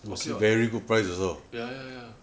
okay [what] ya ya ya